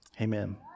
Amen